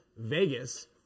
Vegas